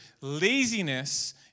Laziness